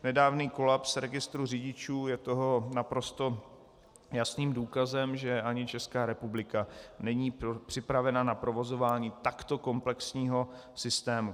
Nedávný kolaps registru řidičů je toho naprosto jasným důkazem, že ani Česká republika není připravena na provozování takto komplexního systému.